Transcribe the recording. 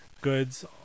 goods